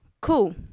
Cool